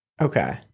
Okay